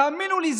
תאמינו לי,